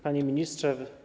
Panie Ministrze!